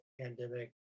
pandemic